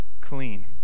clean